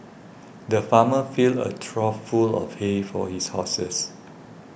the farmer filled a trough full of hay for his horses